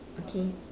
okay